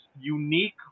unique